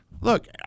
look